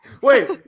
Wait